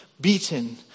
beaten